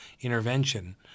intervention